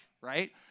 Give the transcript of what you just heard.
right